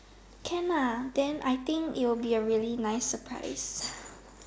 can ah then I think it will be a really nice surprise